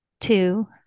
two